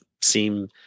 seem